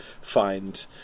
find